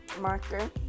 marker